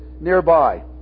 nearby